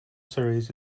series